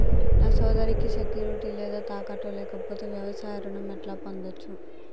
నా సోదరికి సెక్యూరిటీ లేదా తాకట్టు లేకపోతే వ్యవసాయ రుణం ఎట్లా పొందచ్చు?